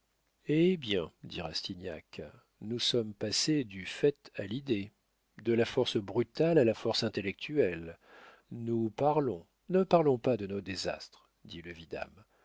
eh bien dit rastignac nous sommes passés du fait à l'idée de la force brutale à la force intellectuelle nous parlons ne parlons pas de nos désastres dit le vidame